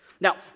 Now